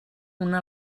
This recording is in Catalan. una